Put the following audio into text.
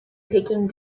taking